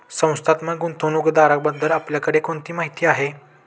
संस्थात्मक गुंतवणूकदाराबद्दल आपल्याकडे कोणती माहिती आहे?